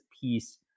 piece